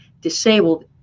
disabled